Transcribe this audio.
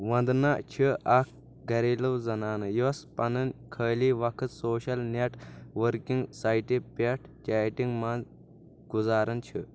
وندنا چھِ اکھ گریلوٗ زنانہٕ یۄس پنُن خٲلی وقت سوشل نیٹ ورکنگ سایٹہِ پٮ۪ٹھ چیٹنگ منٛز گُزاران چھِ